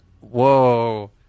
Whoa